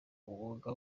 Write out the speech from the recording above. umwuga